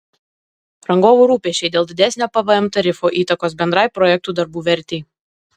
rangovų rūpesčiai dėl didesnio pvm tarifo įtakos bendrai projektų darbų vertei